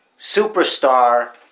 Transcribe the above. superstar